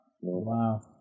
Wow